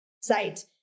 site